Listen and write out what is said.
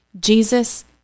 Jesus